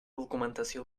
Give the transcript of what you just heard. documentació